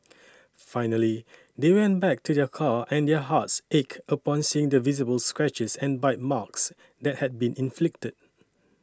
finally they went back to their car and their hearts ached upon seeing the visible scratches and bite marks that had been inflicted